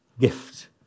gift